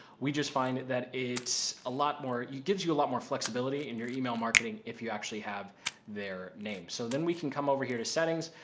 we just find it that it's a lot more, it gives you a lot more flexibility in your email marketing, if you actually have their names. so then we can come over here to settings.